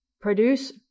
produce